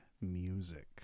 music